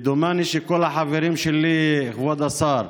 ודומני שכל החברים שלי, כבוד השר,